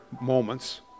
moments